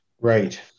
Right